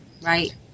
right